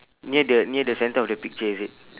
near the near the center of the picture is it